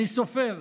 אני סופר: